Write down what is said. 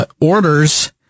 orders